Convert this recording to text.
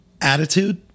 attitude